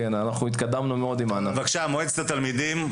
בבקשה, מועצת התלמידים.